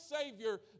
savior